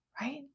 Right